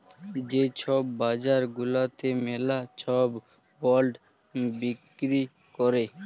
যে ছব বাজার গুলাতে ম্যালা ছব বল্ড বিক্কিরি ক্যরে